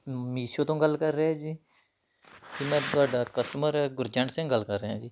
ਮੀਸ਼ੋ ਤੋਂ ਗੱਲ ਕਰ ਰਹੇ ਆ ਜੀ ਜੀ ਮੈਂ ਤੁਹਾਡਾ ਕਸਟਮਰ ਗੁਰਜੰਟ ਸਿੰਘ ਗੱਲ ਕਰ ਰਿਹਾ ਜੀ